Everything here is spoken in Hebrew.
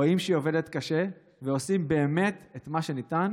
רואים שהיא עובדת קשה ועושים באמת את מה שניתן